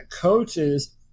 coaches